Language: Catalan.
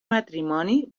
matrimoni